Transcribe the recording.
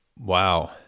Wow